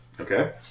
Okay